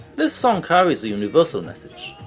this song carries a universal message,